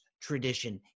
tradition